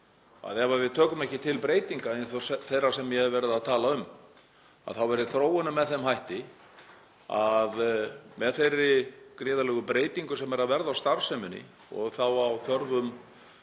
að ef við tökum ekki til breytinga eins og þeirra sem ég hef verið að tala um þá verði þróunin með þeim hætti að með þeirri gríðarlegu breytingu sem er að verða á starfseminni og á þörf um